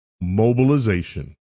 mobilization